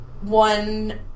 One